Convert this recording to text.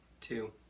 Two